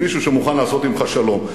עם מישהו שמוכן לעשות אתך שלום.